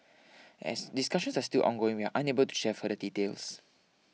as discussions are still ongoing we are unable to share further details